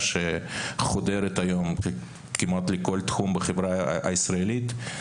שחודרת היום כמעט לכל תחום בחברה הישראלית.